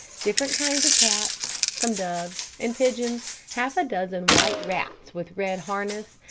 different kinds of cats, some doves and pigeons, half a dozen white rats with red harness,